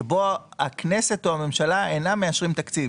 שבו הכנסת או הממשלה אינם מאשרים תקציב,